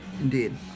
Indeed